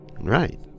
Right